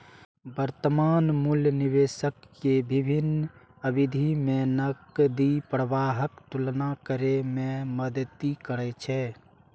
वर्तमान मूल्य निवेशक कें विभिन्न अवधि मे नकदी प्रवाहक तुलना करै मे मदति करै छै